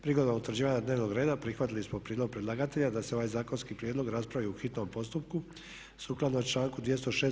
Prigodom utvrđivanja dnevnog reda prihvatili smo prijedlog predlagatelja da se ovaj zakonski prijedlog raspravi u hitnom postupku sukladno članku 206.